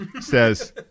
says